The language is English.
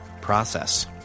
process